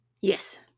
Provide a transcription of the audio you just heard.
Yes